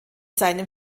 seinem